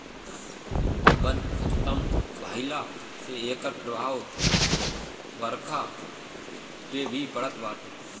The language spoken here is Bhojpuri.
वन के खतम भइला से एकर प्रभाव बरखा पे भी पड़त बाटे